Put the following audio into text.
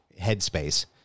headspace